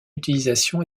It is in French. utilisation